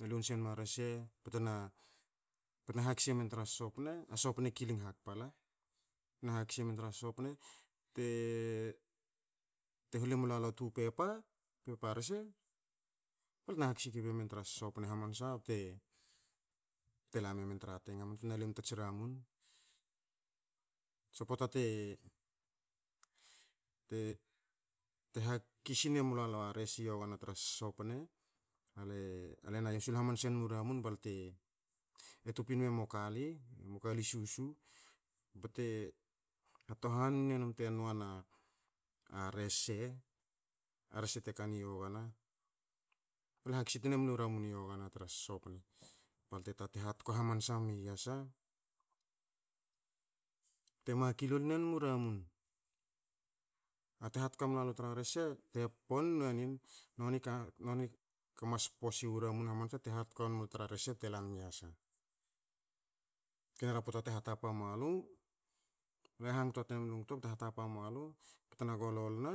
Le lu na se nom a rese, bte na hakis emen tra sosopne, a sosopne e kilin hakpa la. Na hakis emen tra sopne, te hol emlalu a twu pepa, pepa rese balte na haksi kibe men tra sopne hamansa bte la memen tra teng balte na lu num ta tsi ramun. So pota te hakisin emlalu a rese i hina sosopne, ale na yosul hamanse nma ramun balte, tupin enmu kali, emo kali susu bte hatohhanne num te nua na rese, a rese te kani yogana ale hakisi tne mlu ramun i yogana tra sosopne, balte balte tatin hatoka hamansa mui yasa, bte maki lol nen mu ramun, na te hatoka mulalu tra rese, te pon nue nin, noni ka, noni kamas po siwu ramun hamansa te hatokan mulu tra rese bte kanmi yasa. Kinera te hatapa mualu, le hangto tne mlu ngto bte hatapa mualu bte na golol na,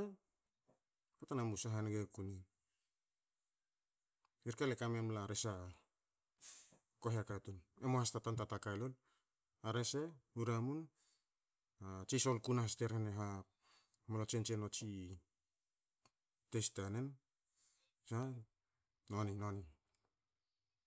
bte na musa hange kune. I reke, ale ka memla rese a kohiaka tun, emua has ta tanta ka lol, a rese nu ramun. A tsi sol ku nahas te hre na mlo tsensi e nua tsi teist tanen. Tsaha, noni noni.